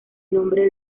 nombre